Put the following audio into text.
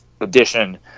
edition